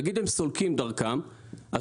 נגיד הם סולקים דרכם,